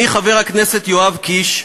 אני, חבר הכנסת יואב קיש,